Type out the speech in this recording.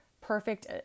perfect